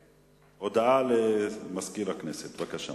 הודעה לסגן מזכיר הכנסת, בבקשה.